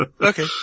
Okay